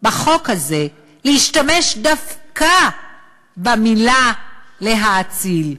בחוק הזה להשתמש דווקא במילה "להאציל"?